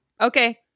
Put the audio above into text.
Okay